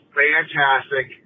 fantastic